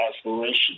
aspiration